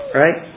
right